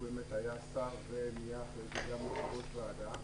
הוא היה שר ואחרי זה הפך ליושב-ראש ועדה,